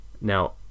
now